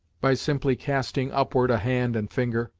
by simply casting upward a hand and finger,